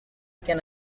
can